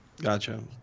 Gotcha